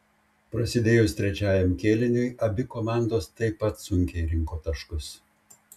prasidėjus trečiajam kėliniui abi komandos taip pat sunkiai rinko taškus